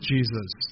Jesus